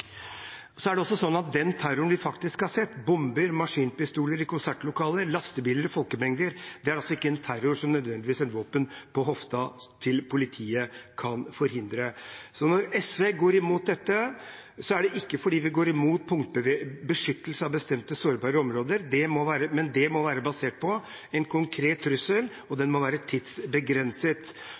folkemengder – er ikke en terror som nødvendigvis et våpen på hofta til politiet kan forhindre. Når SV går imot dette, er det ikke fordi vi går imot beskyttelse av bestemte sårbare områder, men det må være basert på en konkret trussel, og den må være tidsbegrenset.